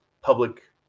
public